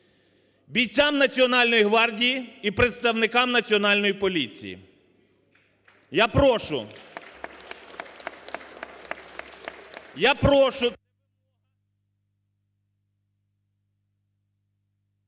бійцям Національної гвардії і представникам Національної поліції, я прошу.